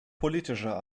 politischer